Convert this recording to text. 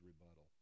rebuttal